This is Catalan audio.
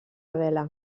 vela